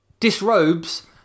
disrobes